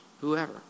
whoever